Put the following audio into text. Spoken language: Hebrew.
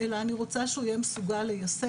אלא אני רוצה שהוא יהיה מסוגל ליישם,